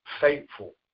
faithful